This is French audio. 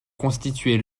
constituer